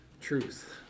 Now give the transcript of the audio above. truth